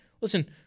Listen